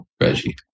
Reggie